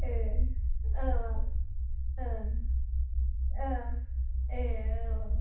ए औ औ ओं औ ए औ औ